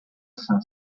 cinq